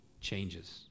changes